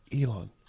Elon